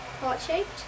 Heart-shaped